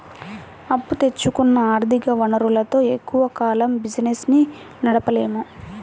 అప్పు తెచ్చుకున్న ఆర్ధిక వనరులతో ఎక్కువ కాలం బిజినెస్ ని నడపలేము